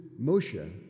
Moshe